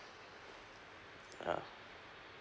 ah